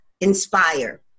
inspire